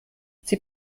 sie